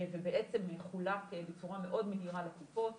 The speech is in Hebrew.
ובעצם חולק בצורה מאוד מהירה לקופות